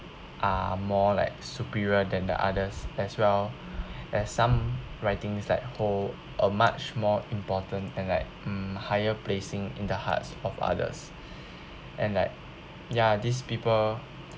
are more like superior than the others as well as some writings like hold a much more important and like mm higher placing in the hearts of others and like ya these people